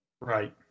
Right